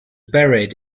buried